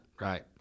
Right